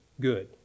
good